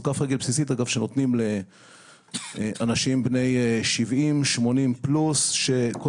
זו כף רגל בסיסית שנותנים לאנשים בני 70 ו-80 פלוס שכל